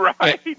Right